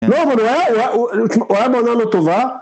לא אבל הוא היה, הוא היה, הוא היה, הוא היה בעונה לו טובה